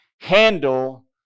handle